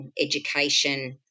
education